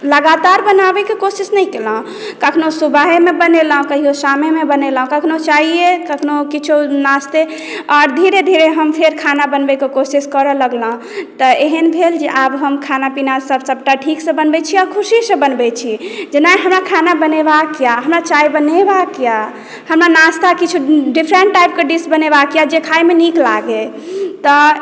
लगातार बनाबैक कोशिश नहि केलहुँ कखनो सुबहेमे बनेलहुँ कहियो शाममे बनेलहुँ कखनो चाय कखनो किछो नास्ते आर धीरे धीरे हम फेर खाना बनबैक कोशिश करय लगलहुँ तऽ एहन भेल जे आब हम खाना पीना सभ सभटा ठीकसँ बनबै छी आ खुशीसॅं बनबै छी जेना हमरा खाना बनैबाकय हमरा चाय बनैबाकय हमरा नास्ता किछो डिफरेंट टाइप क डिश बनैबाकय जे खायमे नीक लागै तऽ